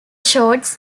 shorts